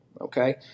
Okay